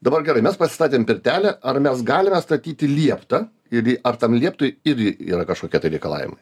dabar gerai mes pasistatėm pirtelę ar mes galime statyti lieptą ir ar tam lieptui irgi yra kažkokie tai reikalavimai